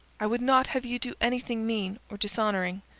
i would not have you do anything mean or dishonouring.